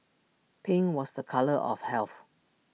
pink was A colour of health